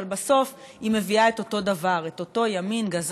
אבל בסוף היא מביאה את אותו דבר: את אותו ימין גזען,